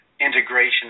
integration